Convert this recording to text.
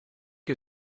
que